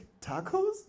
tacos